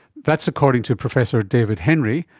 that's according to professor david henry,